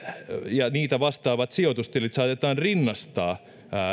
ja niitä vastaavat sijoitustilit saatetaan rinnastaa